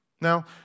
Now